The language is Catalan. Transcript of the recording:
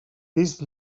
vist